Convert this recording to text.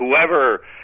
whoever –